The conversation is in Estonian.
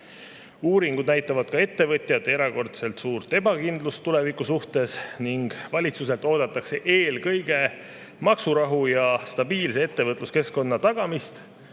Uuringud näitavad ka ettevõtjate erakordselt suurt ebakindlust tuleviku suhtes. Valitsuselt oodatakse eelkõige maksurahu ja stabiilse ettevõtluskeskkonna tagamist.